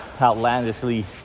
outlandishly